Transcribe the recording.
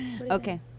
Okay